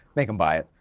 make them buy it,